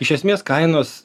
iš esmės kainos